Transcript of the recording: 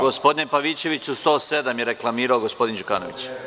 Gospodine Pavićeviću, član 107. je reklamirao gospodin Đukanović.